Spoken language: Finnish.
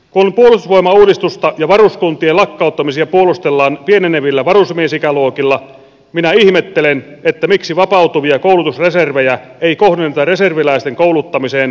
kun puolustusvoimauudistusta ja varuskuntien lakkauttamisia puolustellaan pienenevillä varusmiesikäluokilla minä ihmettelen miksi vapautuvia koulutusreservejä ei kohdenneta reserviläisten kouluttamiseen lisäämällä kertausharjoituksia